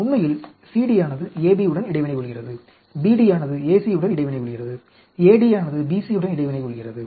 உண்மையில் CD ஆனது AB உடன் இடைவினை கொள்கிறது BD ஆனது AC உடன் இடைவினை கொள்கிறது AD ஆனது BC உடன் இடைவினை கொள்கிறது